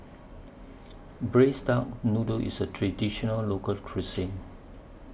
Braised Duck Noodle IS A Traditional Local Cuisine